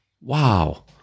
Wow